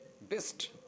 best